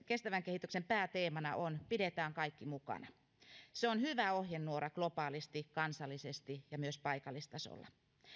kestävän kehityksen pääteemana on pidetään kaikki mukana se on hyvä ohjenuora globaalisti kansallisesti ja myös paikallistasolla